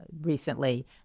recently